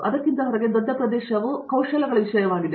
ಅದಕ್ಕಿಂತ ಹೊರಗೆ ದೊಡ್ಡ ಪ್ರದೇಶವು ಕೌಶಲಗಳ ವಿಷಯವಾಗಿದೆ